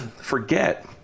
forget